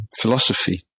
philosophy